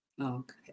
okay